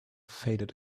faded